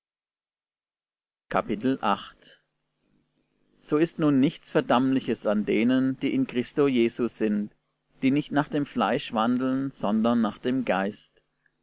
so ist nun nichts verdammliches an denen die in christo jesu sind die nicht nach dem fleisch wandeln sondern nach dem geist